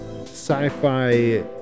sci-fi